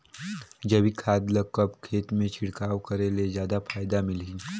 जैविक खाद ल कब खेत मे छिड़काव करे ले जादा फायदा मिलही?